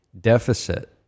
deficit –